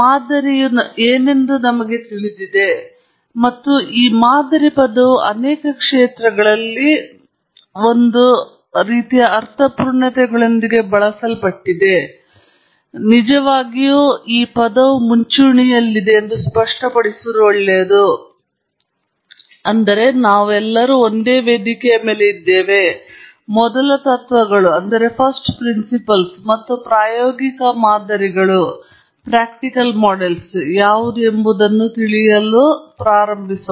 ಮಾದರಿಯು ಏನೆಂದು ನಮಗೆ ತಿಳಿದಿದೆ ಮತ್ತು ಈ ಮಾದರಿ ಪದವು ಅನೇಕ ಕ್ಷೇತ್ರಗಳಲ್ಲಿ ಬಹುತೇಕ ಒಂದೇ ರೀತಿಯ ಅರ್ಥಪೂರ್ಣತೆಗಳೊಂದಿಗೆ ಬಳಸಲ್ಪಟ್ಟಿದೆ ಆದರೆ ಅದು ನಿಜವಾಗಿಯೂ ಮುಂಚೂಣಿಯಲ್ಲಿದೆ ಎಂದು ಸ್ಪಷ್ಟಪಡಿಸುವುದು ಒಳ್ಳೆಯದು ಆದ್ದರಿಂದ ನಾವು ಒಂದೇ ವೇದಿಕೆಯ ಮೇಲೆ ಇದ್ದೇವೆ ಮೊದಲ ತತ್ವಗಳು ಮತ್ತು ಪ್ರಾಯೋಗಿಕ ಮಾದರಿಗಳು ಯಾವುವು ಎಂಬುದನ್ನು ತಿಳಿಯಲು ಪ್ರಾರಂಭಿಸಿ